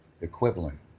equivalent